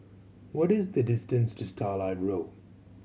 what is the distance to Starlight Road